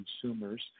consumers